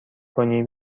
کنی